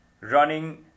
running